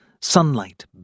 Sunlight